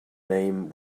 name